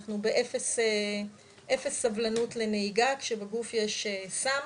אנחנו באפס סובלנות כשבגוף יש סם,